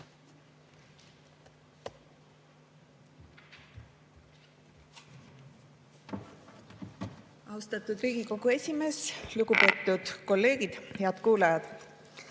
Austatud Riigikogu esimees! Lugupeetud kolleegid! Head kuulajad!